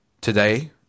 today